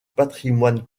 patrimoine